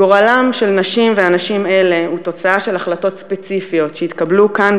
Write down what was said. גורלם של נשים ואנשים אלה הוא תוצאה של החלטות ספציפיות שהתקבלו כאן,